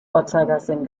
uhrzeigersinn